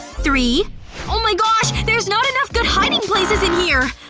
three ohmygosh! there's not enough good hiding places in here!